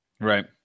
right